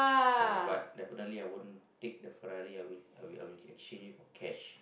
ah but definitely I would take the Ferrari I will I will I will exchange it for cash